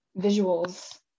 visuals